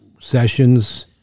sessions